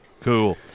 Cool